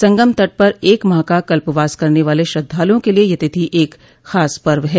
संगम तट पर एक माह का कल्पवास करने वाले श्रद्वालुओं के लिये यह तिथि एक खास पर्व है